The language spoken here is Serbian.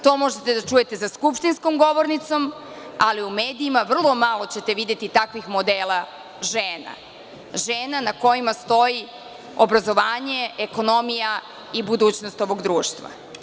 To možete da čujete za skupštinskom govornicom, ali u medijima vrlo malo ćete videti takvih modela žena, žena na kojima stoji obrazovanje, ekonomija i budućnost ovog društva.